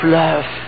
love